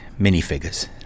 minifigures